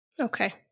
Okay